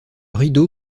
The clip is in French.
rideau